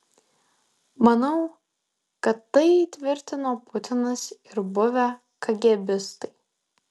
manau kad tai įtvirtino putinas ir buvę kagėbistai